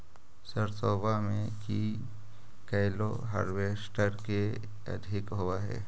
सरसोबा मे की कैलो हारबेसटर की अधिक होब है?